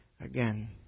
again